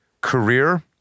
Career